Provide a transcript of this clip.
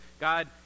God